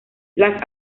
las